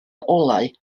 olau